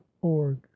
org